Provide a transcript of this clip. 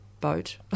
boat